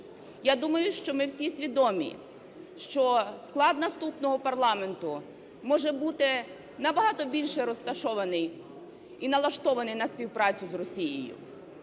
Я думаю, що ми всі свідомі, що склад наступного парламенту може бути набагато більше розташований і налаштований на співпрацю з Росією.